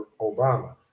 Obama